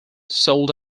sold